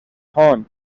هان